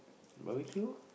barbeque